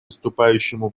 выступающему